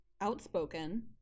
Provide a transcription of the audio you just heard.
outspoken